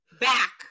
back